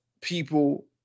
people